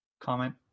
comment